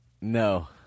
No